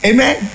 Amen